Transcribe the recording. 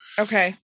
Okay